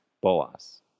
Boas